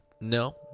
No